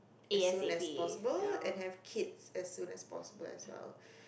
as soon as possible and have kids as soon as possible as well